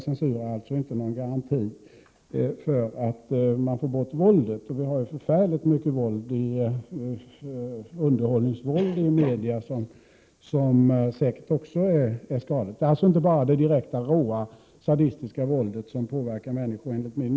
Censur är alltså inte någon garanti för att man får bort våldet. Vi har i media förfärligt mycket underhållningsvåld som säkert också är skadligt. Det är alltså enligt min och forskares mening inte bara det direkta, råa, sadistiska våldet som påverkar människor.